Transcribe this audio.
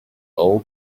old